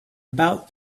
about